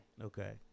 Okay